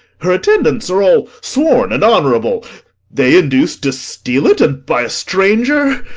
her attendants are all sworn and honourable they induc'd to steal it! and by a stranger!